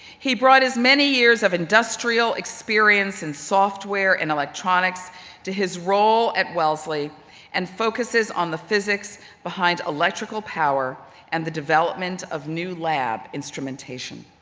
he brought his many years of industrial experience in software and electronics to his role at wellesley and focuses on the physics behind electrical power and the development of new lab instrumentation.